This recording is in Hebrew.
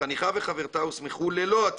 החניכה וחברתה הוסמכו ללא התרגול.